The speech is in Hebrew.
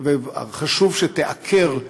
וחשוב שייעקר,